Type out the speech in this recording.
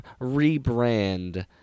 rebrand